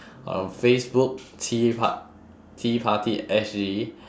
on facebook tea par~ tea party S_G